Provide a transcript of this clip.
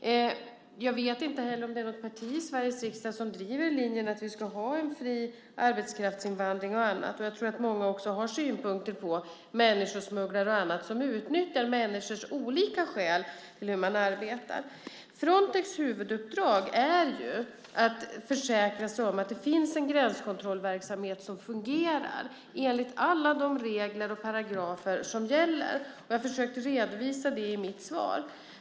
Inte heller vet jag om något parti i Sveriges riksdag driver linjen att vi ska ha fri arbetskraftsinvandring och annat. Jag tror att många har synpunkter på bland annat människosmugglare som utnyttjar människors olika skäl när det gäller hur man arbetar. Frontex huvuduppdrag är att försäkra sig om att det finns en gränskontrollverksamhet som fungerar enligt alla de regler och paragrafer som gäller. Jag försökte redovisa det i mitt svar.